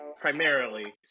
primarily